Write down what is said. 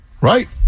right